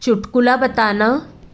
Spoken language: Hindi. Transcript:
चुटकुला बताना